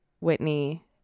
Whitney